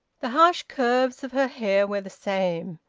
the harsh curves of her hair were the same.